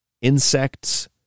insects